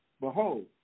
behold